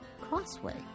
Crossway